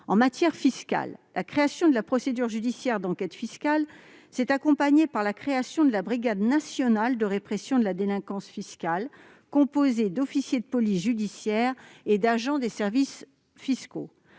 En matière fiscale, la création de la procédure judiciaire d'enquête fiscale s'est accompagnée de celle de la brigade nationale de répression de la délinquance fiscale, composée d'officiers de police judiciaire et d'agents des services fiscaux.